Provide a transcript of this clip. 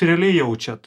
realiai jaučiat